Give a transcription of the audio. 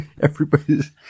Everybody's